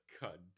God